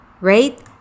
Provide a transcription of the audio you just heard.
right